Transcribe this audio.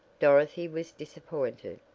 dorothy was disappointed.